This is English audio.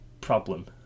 problem